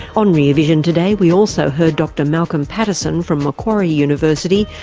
on rear vision today, we also heard dr malcolm patterson from macquarie university,